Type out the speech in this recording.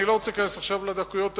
אני לא רוצה להיכנס עכשיו לדקויות האלה.